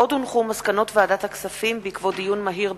מסקנות ועדת הכספים בעקבות דיון מהיר בנושא: